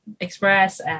express